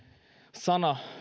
sana